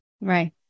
Right